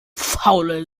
faule